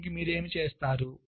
ప్రజలు ఏమి చేస్తారు